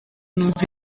numva